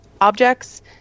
objects